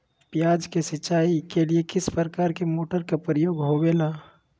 प्याज के सिंचाई के लिए किस प्रकार के मोटर का प्रयोग होवेला?